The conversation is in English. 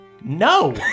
No